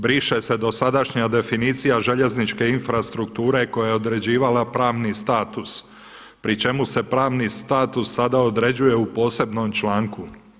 Briše se dosadašnja definicija željezničke infrastrukture koja je određivala pravni status pri čemu se pravni status sada određuje u posebnom članku.